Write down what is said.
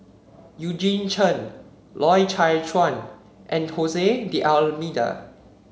Eugene Chen Loy Chye Chuan and Jose D'Almeida